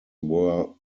were